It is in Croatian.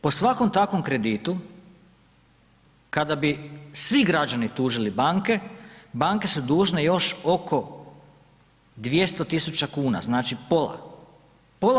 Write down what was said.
Po svakom takvom kreditu kada bi svi građani tužili banke, banke su dužne još oko 200.000 kuna, znači pola.